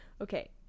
okay